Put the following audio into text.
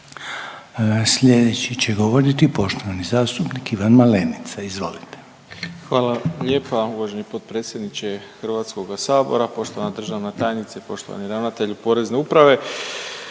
Sljedeći će govoriti poštovani zastupnik Ivan Malenica, izvolite. **Malenica, Ivan (HDZ)** Hvala vam lijepa uvaženi potpredsjedniče HS-a, poštovana državna tajnice, poštovani ravnatelju Porezne uprave.